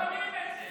לא שומעים את זה.